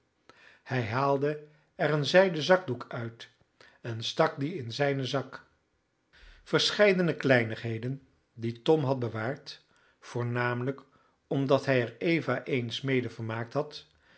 hij haalde er een zijden zakdoek uit en stak dien in zijnen zak verscheidene kleinigheden die tom had bewaard voornamelijk omdat hij er eva eens mede vermaakt had